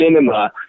cinema